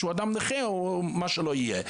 שהוא אדם נכה או מה שלא יהיה,